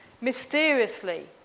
mysteriously